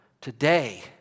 Today